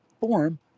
form